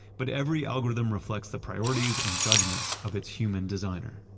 but every algorithm reflects the priorities and judgments of its human designer.